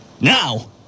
now